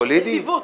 יציבות.